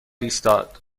ایستاد